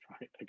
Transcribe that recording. Right